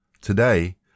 Today